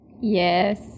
Yes